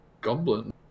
goblin